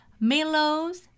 Milo's